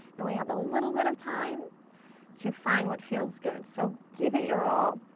and we have a little bit of time to find what feels good. so give it your all.